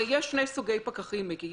הרי יש שני סוגי פקחים, מיקי.